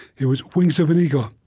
it was wings of an eagle.